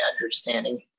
understanding